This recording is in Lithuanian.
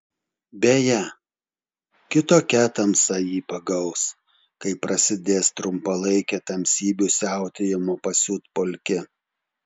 beje kitokia tamsa jį pagaus kai prasidės trumpalaikė tamsybių siautėjimo pasiutpolkė